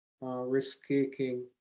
risk-taking